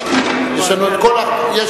יש לנו שיח' אחד בכנסת, נכון?